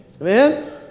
Amen